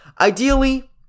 ideally